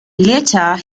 later